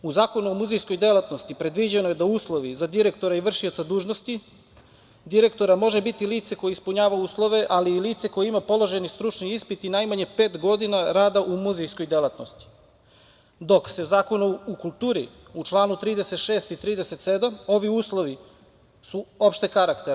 U Zakonu o muzejskoj delatnosti predviđeno da uslovi za direktora i vršioca dužnosti direktora može biti lice koje ispunjava uslove, ali i lice koje ima položen stručni ispit i najmanje pet godina rada u muzejskoj delatnosti, dok su Zakonom o kulturi u članu 36. i 37. ovi uslovi su opšteg karaktera.